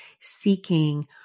seeking